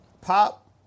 Pop